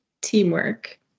teamwork